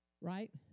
right